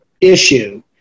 issue